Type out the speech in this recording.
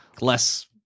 less